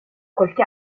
qualche